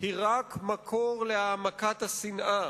הן רק מקור להעמקת השנאה,